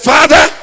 Father